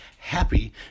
happy